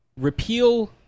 repeal